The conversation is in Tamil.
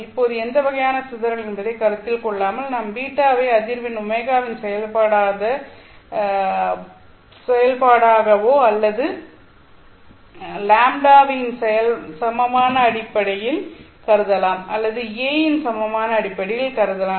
இப்போது எந்த வகையான சிதரல் என்பதை கருத்தில் கொள்ளாமல் நாம் β வை அதிர்வெண் ω வின் செயல்பாடாகவோ அல்லது λ இன் சமமான அடிப்படையில் கருதலாம்